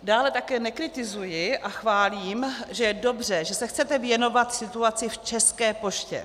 Dále také nekritizuji a chválím, že je dobře, že se chcete věnovat situaci v České poště.